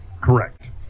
Correct